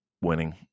winning